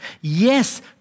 Yes